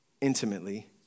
intimately